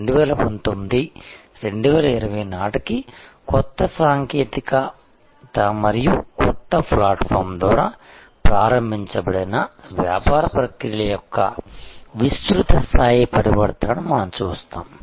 2019 2020 నాటికి కొత్త సాంకేతికత మరియు కొత్త ప్లాట్ఫారమ్ ద్వారా ప్రారంభించబడిన వ్యాపార ప్రక్రియల యొక్క విస్తృత స్థాయి పరివర్తనను మనం చూస్తాము